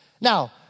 Now